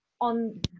on